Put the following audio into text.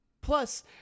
plus